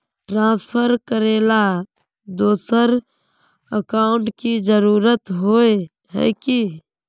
Transfer करेला दोसर account की जरुरत होय है की?